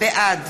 בעד